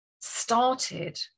started